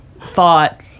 thought